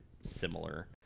similar